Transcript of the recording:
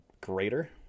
greater